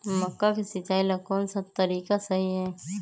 मक्का के सिचाई ला कौन सा तरीका सही है?